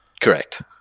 Correct